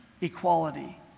equality